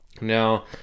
Now